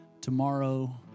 Tomorrow